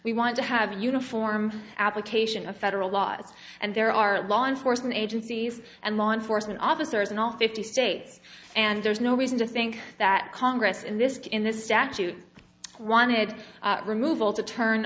we want to have a uniform application of federal laws and there are law enforcement agencies and law enforcement officers in all fifty states and there's no reason to think that congress in this case in this statute wanted removal to turn